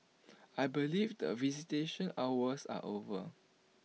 I believe that visitation hours are over